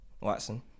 Watson